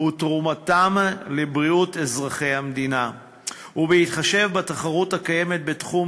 ותרומתם לבריאות אזרחי המדינה ובהתחשב בתחרות הקיימת בתחום